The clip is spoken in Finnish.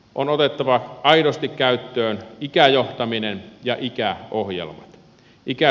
on otettava aidosti käyttöön ikäjohtaminen ja ikäohjelmat